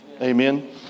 Amen